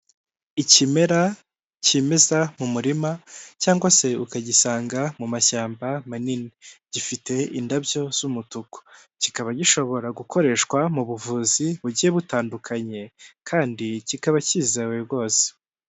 Ikimera kimeza mu murima cyangwa se ukagisanga mu mashyamba manini, gifite indabyo z'umutuku, kikaba gishobora gukoreshwa mu buvuzi bugiye butandukanye kandi kikaba kizewe rwose.